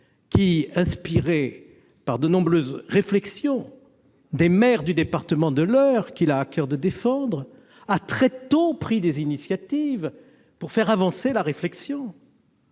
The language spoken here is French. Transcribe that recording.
: inspiré par de nombreuses remarques des maires du département de l'Eure, qu'il a à coeur de défendre, il a pris très tôt des initiatives pour faire avancer la réflexion.